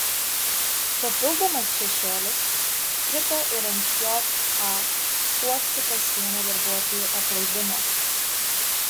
papildomas šešėlis krito ir ant jk uostų pasienio darbuotojų aplaidumo